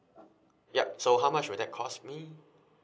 yup so how much will that cost me